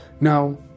Now